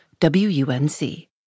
WUNC